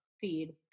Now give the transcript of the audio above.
feed